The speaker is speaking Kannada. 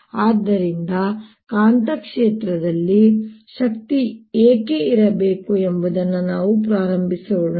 ಆದ್ದರಿಂದ ಕಾಂತಕ್ಷೇತ್ರದಲ್ಲಿ ಶಕ್ತಿ ಏಕೆ ಇರಬೇಕು ಎಂಬುದನ್ನು ನಾವು ಪ್ರಾರಂಭಿಸೋಣ